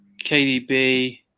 KDB